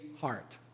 heart